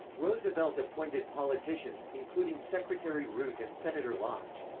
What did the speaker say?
roosevelt appointed politicians, including secretary root and senator lodge.